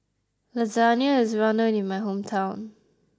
Lasagna is well known in my hometown